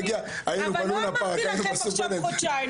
היינו בלונה פארק ובסופרלנד,